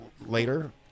later